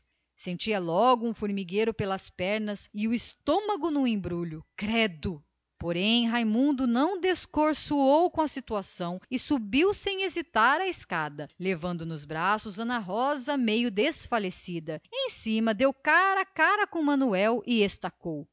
sentia logo um formigueiro pelas pernas e o estômago num embrulho credo raimundo entretanto não descoroçoou com a situação e subia a escada sem hesitar levando consigo ana rosa meio desfalecida em cima deu cara a cara com manuel e estacou